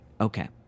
Okay